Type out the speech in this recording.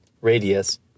Radius